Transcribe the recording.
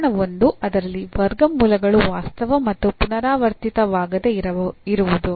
ಪ್ರಕರಣ I ಅದರಲ್ಲಿ ವರ್ಗಮೂಲಗಳು ವಾಸ್ತವ ಮತ್ತು ಪುನರಾವರ್ತಿತವಾಗದೆ ಇರುವುದು